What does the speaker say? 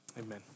amen